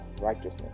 righteousness